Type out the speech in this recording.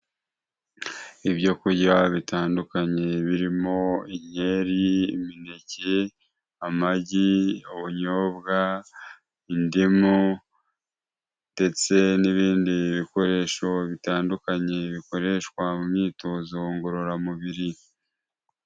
Ibyo kurya bitandukanye birimo inkeri, imineke, amagi, ubunyobwa, indimu ndetse n'ibindi bikoresho bitandukanye, bikoreshwa mu myitozo ngororamubiri.